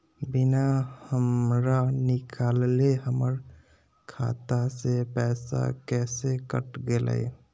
बिना हमरा निकालले, हमर खाता से पैसा कैसे कट गेलई?